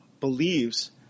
believes